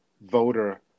voter